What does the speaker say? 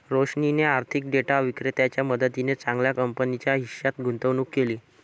रोशनीने आर्थिक डेटा विक्रेत्याच्या मदतीने चांगल्या कंपनीच्या हिश्श्यात गुंतवणूक केली